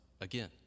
again